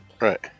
Right